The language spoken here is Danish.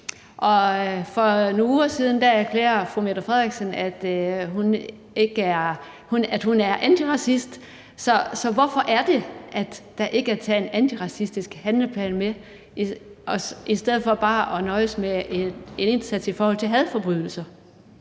og for nogle uger siden erklærede statsministeren, at hun var antiracist. Så hvorfor er det, at der ikke er taget en antiracistisk handleplan med i stedet for bare at nøjes med en indsats i forhold til hadforbrydelser?